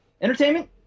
entertainment